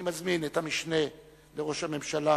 אני מזמין את המשנה לראש הממשלה